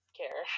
care